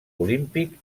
olímpic